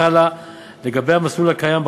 חלופי למסלול הקיים,